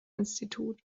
institut